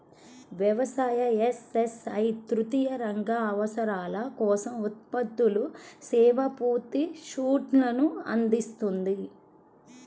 వ్యవసాయ, ఎస్.ఎస్.ఐ తృతీయ రంగ అవసరాల కోసం ఉత్పత్తులు, సేవల పూర్తి సూట్ను అందిస్తుంది